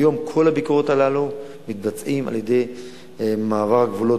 היום כל הביקורות הללו מתבצעות על-ידי מעבר גבולות,